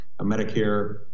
Medicare